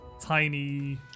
tiny